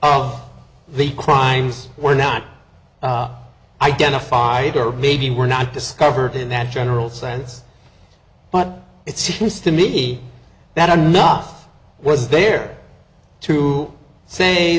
of the crimes were not identified or maybe were not discovered in that general sense but it seems to me that a nuff was there to say